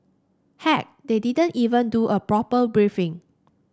heck they didn't even do a proper briefing